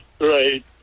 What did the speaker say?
Right